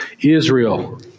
Israel